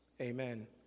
Amen